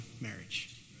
marriage